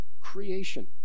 creation